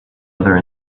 other